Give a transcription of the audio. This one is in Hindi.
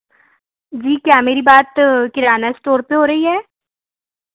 जी क्या मेरी बात किराना स्टोर पर हो रही है